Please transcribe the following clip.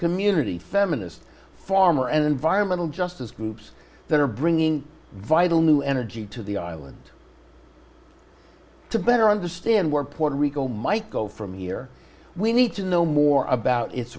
community feminist farmer and environmental justice groups that are bringing vital new energy to the island to better understand where puerto rico might go from here we need to know more about